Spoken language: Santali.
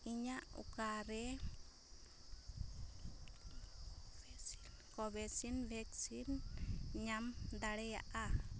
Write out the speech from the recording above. ᱤᱧᱟᱹᱜ ᱚᱠᱟᱨᱮ ᱯᱟᱭᱰ ᱠᱚᱵᱷᱤᱥᱤᱞᱰ ᱵᱷᱮᱠᱥᱤᱱ ᱧᱟᱢ ᱫᱟᱲᱮᱭᱟᱜᱼᱟ